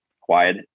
quiet